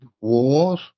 Wars